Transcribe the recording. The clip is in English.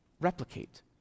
replicate